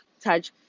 touch